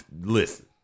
Listen